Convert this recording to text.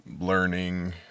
learning